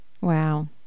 Wow